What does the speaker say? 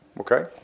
Okay